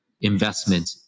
investment